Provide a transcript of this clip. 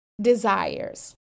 desires